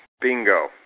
bingo